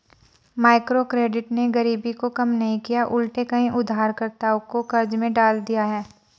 microcredit ने गरीबी को कम नहीं किया उलटे कई उधारकर्ताओं को कर्ज में डाल दिया है